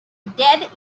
dead